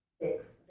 fix